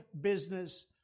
business